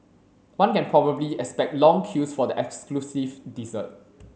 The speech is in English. one can probably expect long queues for the exclusive dessert